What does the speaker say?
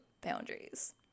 boundaries